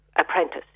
apprentice